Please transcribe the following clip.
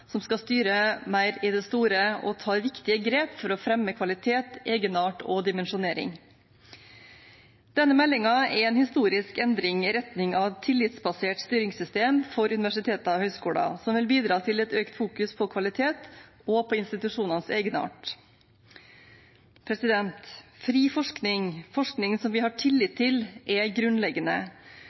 skal styres mer i det store, og som tar viktige grep for å fremme kvalitet, egenart og dimensjonering. Denne meldingen er en historisk endring i retning av et tillitsbasert styringssystem for universiteter og høyskoler, som vil bidra til økt fokus på kvalitet og på institusjonenes egenart. Fri forskning – forskning som vi har tillit til – er grunnleggende.